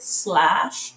slash